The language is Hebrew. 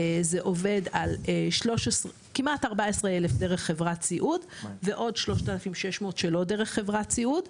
זה עובד על כמעט 14,000 דרך חברת סיעוד ועוד 3,600 שלא דרך חברת סיעוד.